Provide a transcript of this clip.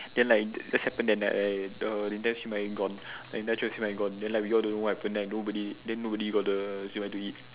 then like just happened that night right the the entire siew-mai gone the entire siew-mai gone then like we all don't know what happen like nobody got the siew-mai to eat